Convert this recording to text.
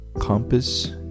compass